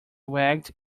wagged